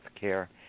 care